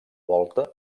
volta